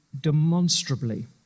demonstrably